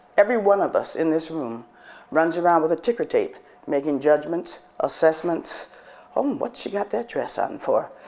every one of us in this room runs around with a ticker tape making judgements, assessments oh, um what's she got that dress on for?